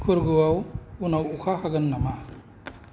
कुर्गआव उनाव अखा हागोन नामा